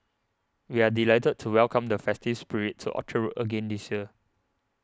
we are delighted to welcome the festive spirit to Orchard Road again this year